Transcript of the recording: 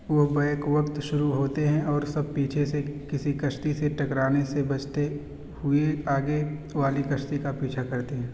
وہ بیک وقت شروع ہوتے ہیں اور سب پیچھے سے کسی کشتی سے ٹکرانے سے بچتے ہوئے آگے والی کشتی کا پیچھا کرتے ہیں